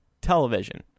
Television